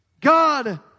God